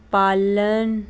plan